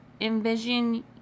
envision